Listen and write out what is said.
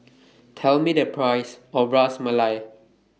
Tell Me The Price of Ras Malai